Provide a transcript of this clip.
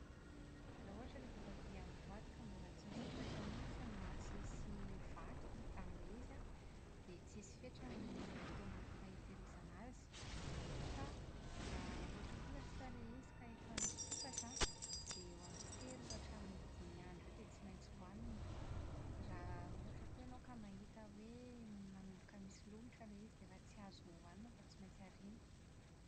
Raha ohatra ilay voatabia amin'ny baoty ka mbola tsy nisokatra mihitsy na tsisy vaky amin'ilay izy an, dia tsisy fetrany ny ftoana hitahirizana azy, fa raha ohatra unintelligible ilay izy ka efa nisokatra an, dia eo amin'ny telo hatramin'ny dimy andro eo dia tsy maintsy hohanina. Raha ohatra koa ianao ka mahita hoe manomboka misy lomotra ilay izy dia efa tsy azo hohanina fa tsy maintsy ariana.